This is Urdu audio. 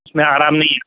اس میں آرام نہیں ہے